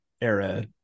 era